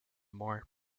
more